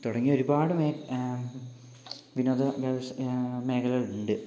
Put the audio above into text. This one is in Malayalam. തുടങ്ങിയ ഒരുപാട് വിനോദ മേഖലകൾ ഉണ്ട്